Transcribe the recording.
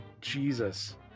Jesus